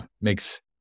makes